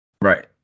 Right